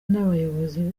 n’abayobozi